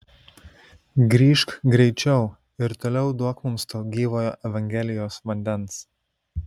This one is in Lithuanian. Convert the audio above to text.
grįžk greičiau ir toliau duok mums to gyvojo evangelijos vandens